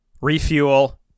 Refuel